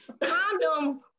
Condom